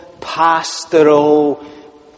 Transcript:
pastoral